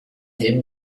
him